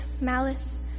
malice